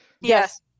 Yes